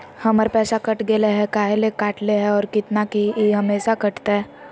हमर पैसा कट गेलै हैं, काहे ले काटले है और कितना, की ई हमेसा कटतय?